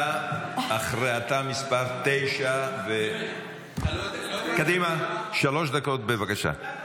אתה מס' 9. קדימה, שלוש דקות, בבקשה.